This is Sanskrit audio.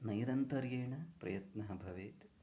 नैरन्तर्येण प्रयत्नः भवेत्